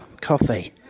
coffee